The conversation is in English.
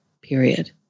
period